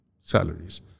salaries